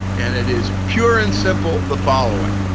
and it is pure and simple the following.